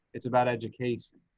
it's about education.